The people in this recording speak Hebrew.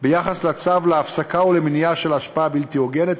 ביחס לצו להפסקה או למניעה של השפעה בלתי הוגנת,